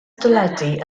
deledu